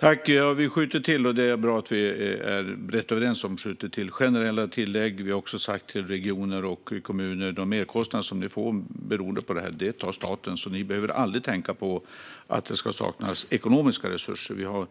Herr talman! Det är bra att vi är brett överens om att skjuta till generella tillägg. Vi har sagt till regioner och kommuner: De merkostnader som ni får beroende på detta tar staten. Ni behöver aldrig tänka på att det ska saknas ekonomiska resurser. Vi har